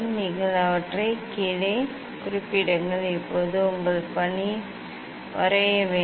நீங்கள் அவற்றை இங்கே கீழே குறிப்பிடுங்கள் இப்போது உங்கள் பணி வரைய வேண்டும்